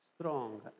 strong